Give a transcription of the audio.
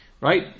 right